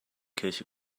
kirche